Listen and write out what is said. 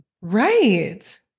Right